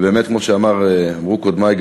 כמו שאמרו קודמי,